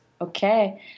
Okay